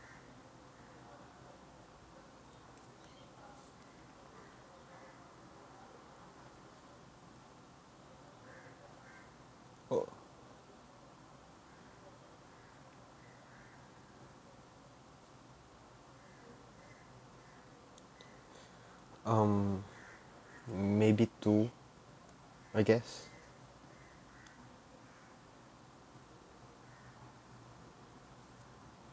oh um maybe two I guess